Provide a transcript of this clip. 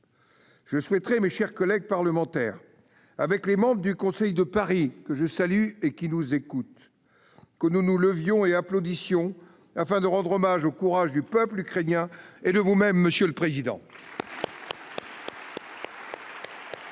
Je souhaite, mes chers collègues parlementaires, ainsi que les membres du Conseil de Paris, que je salue et qui nous écoutent, que nous nous levions et que nous applaudissions, afin de rendre hommage au courage du peuple ukrainien et au vôtre, monsieur le président.